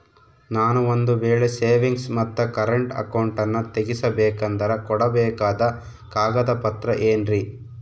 ನಾನು ಒಂದು ವೇಳೆ ಸೇವಿಂಗ್ಸ್ ಮತ್ತ ಕರೆಂಟ್ ಅಕೌಂಟನ್ನ ತೆಗಿಸಬೇಕಂದರ ಕೊಡಬೇಕಾದ ಕಾಗದ ಪತ್ರ ಏನ್ರಿ?